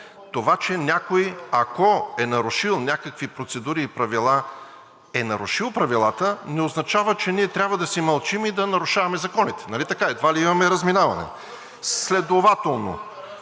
Това, че някой, ако е нарушил някакви процедури и правила, е нарушил правилата, не означава, че ние трябва да си мълчим и да нарушаваме законите. Нали така, едва ли имаме разминаване? (Реплики